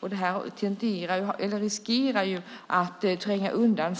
Frågor av det slaget riskerar att trängas undan